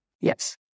Yes